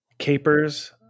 Capers